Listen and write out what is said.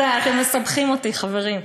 אתם מסבכים אותי, חברים.